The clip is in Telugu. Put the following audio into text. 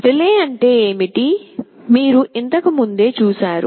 రిలే అంటే ఏమిటో మీరు ఇంతకు ముందే చూశారు